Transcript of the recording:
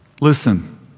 Listen